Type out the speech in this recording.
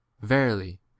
Verily